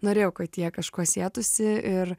norėjau kad tie kažko sietųsi ir